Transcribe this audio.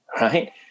right